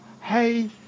Hey